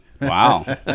Wow